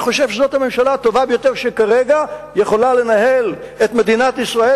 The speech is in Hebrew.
אני חושב שזו הממשלה הטובה ביותר שכרגע יכולה לנהל את מדינת ישראל,